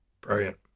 Brilliant